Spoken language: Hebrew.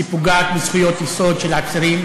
היא פוגעת בזכויות יסוד של עצירים,